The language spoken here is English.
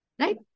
Right